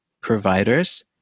providers